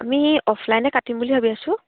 আমি অফলাইনে কাটিম বুলি ভাবি আছোঁ